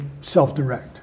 self-direct